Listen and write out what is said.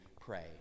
pray